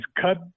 cut